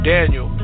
Daniel